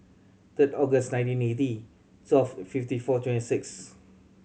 third August nineteen eighty twelve fifty four twenty six